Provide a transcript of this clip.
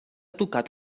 tocat